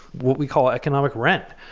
what we call economic rent,